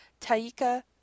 Taika